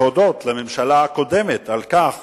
צריך להודות לממשלה הקודמת על כך